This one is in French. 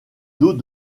dos